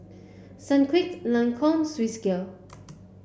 Sunquick Lancome Swissgear